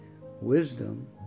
wisdom